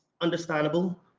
understandable